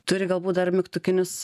turi galbūt dar mygtukinius